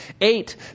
Eight